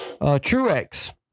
Truex